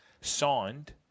Signed